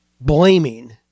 blaming